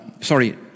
sorry